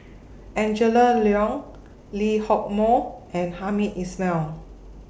Angela Liong Lee Hock Moh and Hamed Ismail